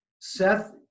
Seth